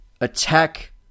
attack